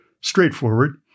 straightforward